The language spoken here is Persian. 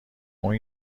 اون